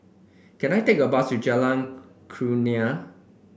can I take a bus to Jalan Kurnia